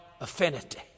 affinity